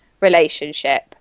relationship